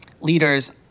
leaders